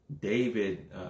David